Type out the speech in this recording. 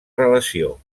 relació